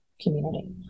community